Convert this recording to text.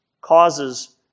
causes